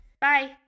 Bye